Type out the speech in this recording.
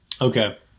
Okay